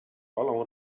palą